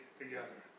together